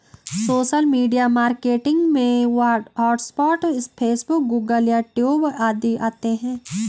social media marketing में WhatsApp Facebook Google YouTube आदि आते है